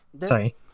Sorry